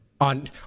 On